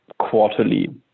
quarterly